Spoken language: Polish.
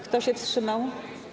Kto się wstrzymał?